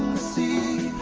see